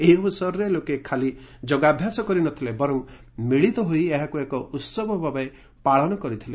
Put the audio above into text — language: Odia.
ଏହି ଅବସରରେ ଲୋକେ ଖାଲି ଯୋଗାଭ୍ୟାସ କରିନଥିଲେ ବରଂ ମିଳିତ ହୋଇ ଏହାକୁ ଏକ ଉତ୍ସବ ଭାବେ ପାଳନ କରିଥିଲେ